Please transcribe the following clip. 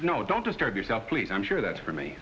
no don't disturb yourself please i'm sure that for me